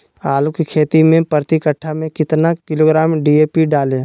आलू की खेती मे प्रति कट्ठा में कितना किलोग्राम डी.ए.पी डाले?